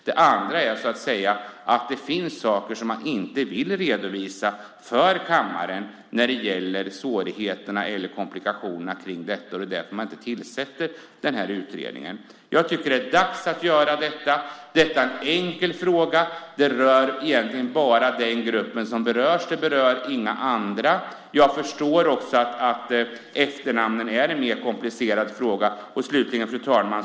Det andra skulle vara att det finns saker man inte vill redovisa för kammaren när det gäller svårigheterna eller komplikationerna kring detta och att man därför inte tillsätter utredningen. Jag tycker att det är dags att göra detta. Det är en enkel fråga. Det rör egentligen bara den grupp som berörs och inga andra. Jag förstår också att efternamnen är en mer komplicerad fråga. Fru talman!